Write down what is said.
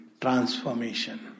transformation